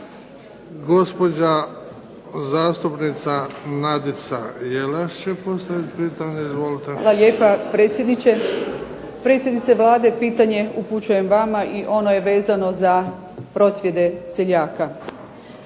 Gospođa zastupnica Nadica Jelaš će postaviti pitanje. Izvolite. **Jelaš, Nadica (SDP)** Hvala lijepa predsjedniče. Predsjednice Vlade pitanje upućujem vama i ono je vezano za prosvjede seljaka.